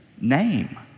name